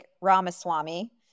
Ramaswamy